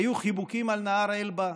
היו חיבוקים על נהר אלבה,